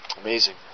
Amazing